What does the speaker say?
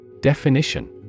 Definition